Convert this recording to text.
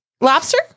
lobster